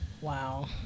Wow